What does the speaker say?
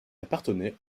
appartenait